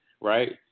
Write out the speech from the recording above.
right